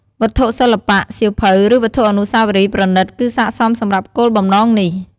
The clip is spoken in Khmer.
វត្ថុសិល្បៈ សៀវភៅ ឬវត្ថុអនុស្សាវរីយ៍ប្រណិត គឺស័ក្តិសមសម្រាប់គោលបំណងនេះ។